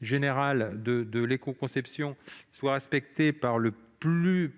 de l'écoconception soit respecté par les plus